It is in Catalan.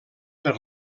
per